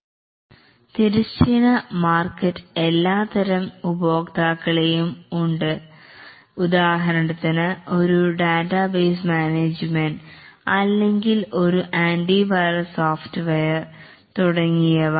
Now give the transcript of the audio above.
horizontal market എല്ലാതരം ഉപഭോക്താക്കളെയും ഉണ്ട് ഉദാഹരണത്തിന് ഒരു ഡാറ്റാബേസ് മാനേജ്മെൻറ് അല്ലെങ്കിൽ ഒരു ആൻറിവൈറസ് സോഫ്റ്റ്വെയർ തുടങ്ങിയവ